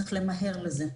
צריך למהר לזה.